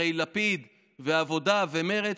הרי לפיד ועבודה ומרצ,